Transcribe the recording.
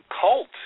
cult